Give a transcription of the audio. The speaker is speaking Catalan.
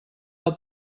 del